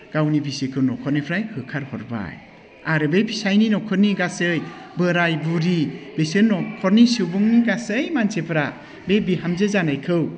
गावनि बिसिखौ न'खरनिफ्राय होखार हरबाय आरो बे फिसायनि न'खरनि गासै बोराय बुरि बिसोर न'खरनि सुबुंनि गासै मानसिफोरा बे बिहामजो जानायखौ